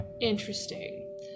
interesting